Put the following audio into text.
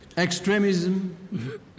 Extremism